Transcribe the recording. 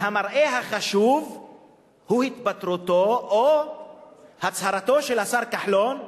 והמראה החשוב הוא התפטרותו או הצהרתו של השר כחלון,